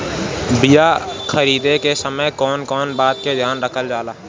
बीया खरीदे के समय कौन कौन बात के ध्यान रखल जाला?